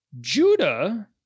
Judah